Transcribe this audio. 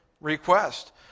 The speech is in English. request